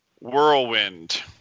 Whirlwind